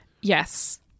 Yes